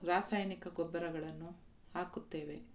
ರಾಸಾಯನಿಕ ಗೊಬ್ಬರಗಳನ್ನು ಹಾಕುತ್ತೇವೆ